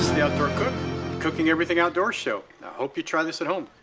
the outdoor cook cooking everything outdoors show, i hope you try this at home.